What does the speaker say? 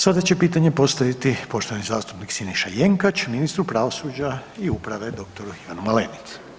Sada će pitanje postaviti poštovani zastupnik Siniša Jenkač ministru pravosuđa i uprave dr. Ivanu Malenici.